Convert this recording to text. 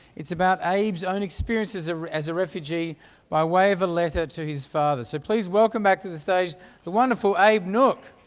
it's about abe's own experiences ah as a refugee by way of a letter to his father. so please welcome back to the stage the wonderful abe nouk.